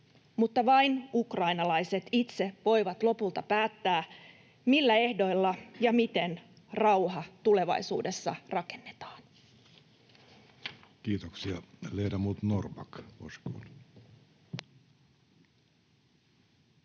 Mutta vain ukrainalaiset itse voivat lopulta päättää, millä ehdoilla ja miten rauha tulevaisuudessa rakennetaan. [Speech